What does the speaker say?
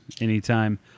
anytime